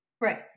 Right